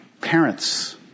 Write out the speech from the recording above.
parents